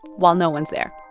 while no one's there